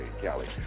Kelly